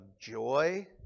joy